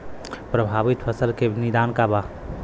प्रभावित फसल के निदान का बा?